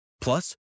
Plus